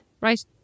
Right